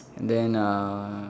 and then uh